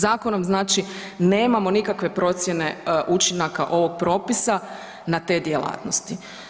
Zakonom znači nemamo nikakve procjene učinaka ovog propisa na te djelatnosti.